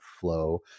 flow